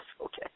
Okay